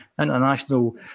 International